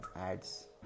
ads